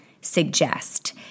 suggest